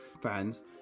fans